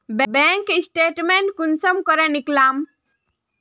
Bank statement कुंसम करे निकलाम?